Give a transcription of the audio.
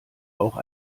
auch